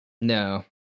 No